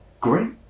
Great